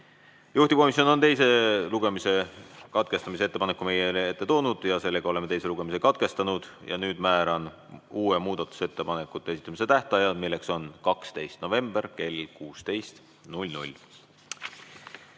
Juhtivkomisjon on teise lugemise katkestamise ettepaneku meie ette toonud. Oleme teise lugemise katkestanud ja nüüd määran uue muudatusettepanekute esitamise tähtaja, milleks on 12. november kell 16.